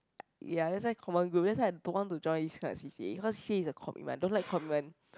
ya that's why common group that's why I don't want to join these kind of C_C_A cause C_C_A is a commitment I don't like commitment